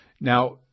Now